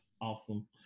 awesome